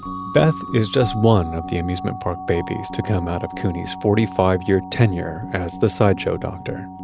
beth is just one of the amusement park babies to come out of couney's forty five year tenure as the sideshow doctor